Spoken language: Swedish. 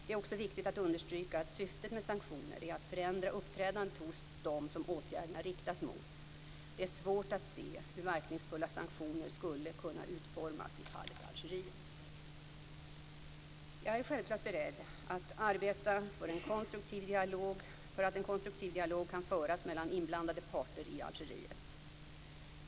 Det är också viktigt att understryka att syftet med sanktioner är att förändra uppträdandet hos dem som åtgärderna riktas mot. Det är svårt att se hur verkningsfulla sanktioner skulle kunna utformas i fallet Algeriet. Jag är självklart beredd att arbeta för att en konstruktiv dialog skall kunna föras mellan inblandade parter i Algeriet.